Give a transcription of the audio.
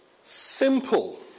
simple